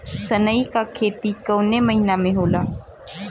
सनई का खेती कवने महीना में होला?